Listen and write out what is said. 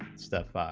stuff,